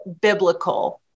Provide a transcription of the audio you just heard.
biblical